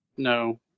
No